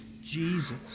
Jesus